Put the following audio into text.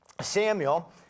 Samuel